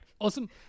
Awesome